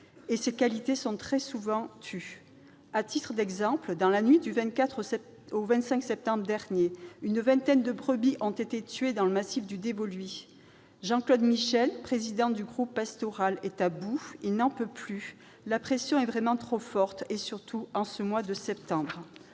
les qualités sont trop souvent tues, est la vitrine de l'agriculture de demain. Dans la nuit du 24 au 25 septembre dernier, une vingtaine de brebis ont été tuées dans le massif du Dévoluy. Jean-Claude Michel, président du groupe pastoral, est à bout, il n'en peut plus, la pression est vraiment trop forte, et surtout en ce mois de septembre